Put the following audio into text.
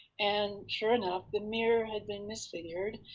and sure enough the mirror had been misfigured,